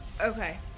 Okay